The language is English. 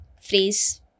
phrase